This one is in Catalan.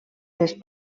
les